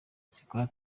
zikora